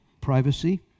privacy